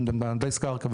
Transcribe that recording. על ידי מהנדס קרקע,